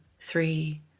three